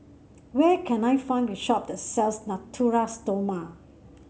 where can I find the shop that sells Natura Stoma